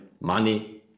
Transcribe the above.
money